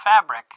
fabric